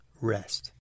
rest